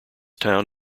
town